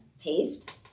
paved